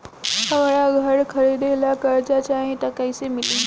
हमरा घर खरीदे ला कर्जा चाही त कैसे मिली?